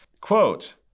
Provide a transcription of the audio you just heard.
Quote